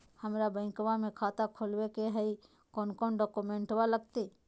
हमरा बैंकवा मे खाता खोलाबे के हई कौन कौन डॉक्यूमेंटवा लगती?